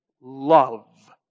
Love